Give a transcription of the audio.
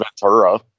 Ventura